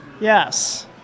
Yes